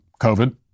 covid